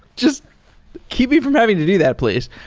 just keep me from having to do that, please.